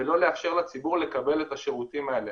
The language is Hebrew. ולא לאפשר לציבור לקבל את השירותים האלה.